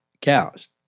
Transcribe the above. cows